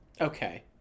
Okay